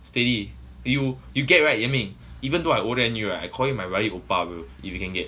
steady you you get right yan ming even though I older than you right I call you my bloody oppa bro if you can get